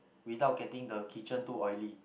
without getting the kitchen too oily